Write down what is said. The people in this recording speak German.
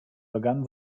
begann